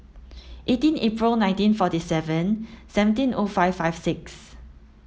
eighteen April nineteen forty seven seventeen O five five six